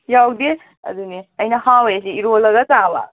ꯌꯥꯎꯗꯦ ꯑꯗꯨꯅꯦ ꯑꯩꯅ ꯍꯥꯎꯋꯦ ꯍꯥꯏꯁꯤ ꯏꯔꯣꯜꯂꯒ ꯆꯥꯕ